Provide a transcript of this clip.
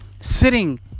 sitting